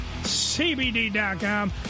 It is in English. CBD.com